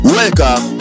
welcome